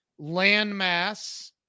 landmass